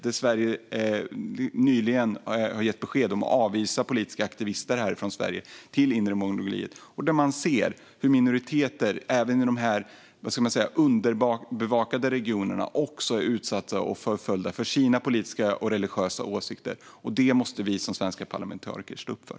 Där har Sverige nyligen gett besked om att avvisa politiska aktivister från Sverige till Inre Mongoliet. Man ser att minoriteter även i de - vad ska man säga? - underbevakade regionerna är utsatta och förföljda för sina politiska och religiösa åsikter. Detta måste vi som svenska parlamentariker stå upp för.